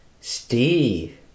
steve